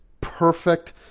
perfect